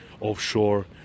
offshore